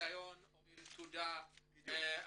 נסיון או עם תעודת הכשרה.